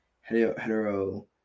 hetero